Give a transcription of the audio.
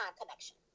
connection